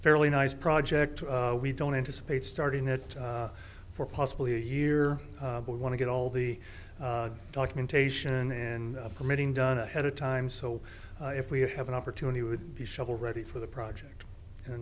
fairly nice project we don't anticipate starting that for possibly a year but want to get all the documentation and permitting done ahead of time so if we have an opportunity would be shovel ready for the project